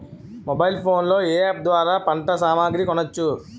Mobile phone లో ఏ app ద్వారా పంట సామాగ్రి కొనచ్చు?